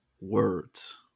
words